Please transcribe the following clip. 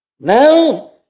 Now